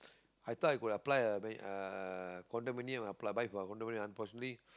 I thought I could apply uh ah condominium apply by for condominium unfortunately